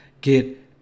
get